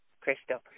Crystal